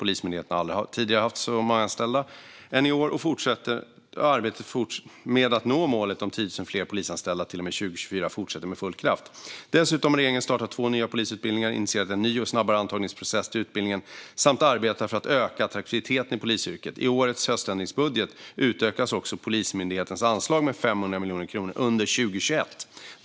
Polismyndigheten har aldrig tidigare haft fler anställda än i år, och arbetet med att nå målet om 10 000 fler polisanställda till och med 2024 fortsätter med full kraft. Regeringen har dessutom startat två nya polisutbildningar och initierat en ny och snabbare antagningsprocess till utbildningen samt arbetar för att öka attraktiviteten i polisyrket. I årets höständringsbudget utökas också Polismyndighetens anslag med 500 miljoner kronor under 2021.